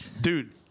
Dude